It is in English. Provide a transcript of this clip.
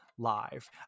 live